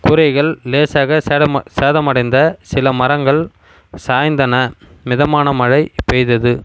கூரைகள் லேசாக சேதம சேதமடைந்த சில மரங்கள் சாய்ந்தன மிதமான மழை பெய்தது